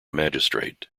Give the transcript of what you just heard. magistrate